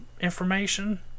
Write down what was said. information